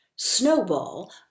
Snowball